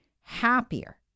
happier